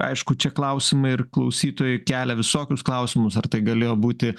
aišku čia klausimai ir klausytojai kelia visokius klausimus ar tai galėjo būti